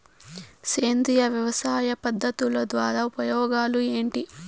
సేంద్రియ వ్యవసాయ పద్ధతుల ద్వారా ఉపయోగాలు ఏంటి?